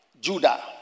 Judah